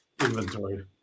inventory